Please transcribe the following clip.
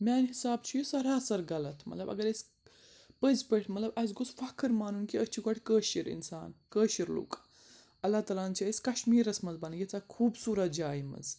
میانہِ حِساب چھُ یہِ سَراسَر غلط مطلب اگر أسۍ پٔزۍ پٲٹھۍ مطلب اَسہِ گوٚژھ فخر مانُن کہِ أسۍ چھِ گۄڈٕ کٲشِر اِنسان کٲشِر لُکھ اللہ تعالیٰ ہَن چھِ أسۍ کَشمیٖرَس منٛز بَنٲ ییٖژاہ خوٗبصوٗرت جایہِ منٛز